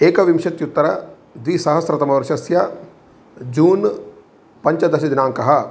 एकविंशत्युत्तर द्विसहस्रतमवर्षस्य जून् पञ्चदश दिनाङ्कः